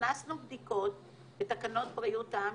הכנסנו בדיקות בתקנות בריאות העם,